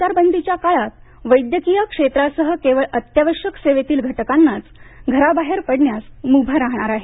संचार बंदीच्या काळात वैद्यकीय क्षेत्रासह केवळ अत्यावश्यक सेवेतील घटकांनाच घराबाहेर पडण्यास मुभा राहणार आहे